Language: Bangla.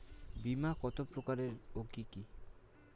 বীমা কত প্রকার ও কি কি?